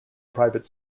private